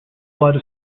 allowed